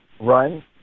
run